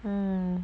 mm